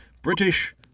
British